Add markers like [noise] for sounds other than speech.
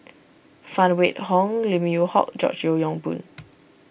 Phan Wait Hong Lim Yew Hock George Yeo Yong Boon [noise]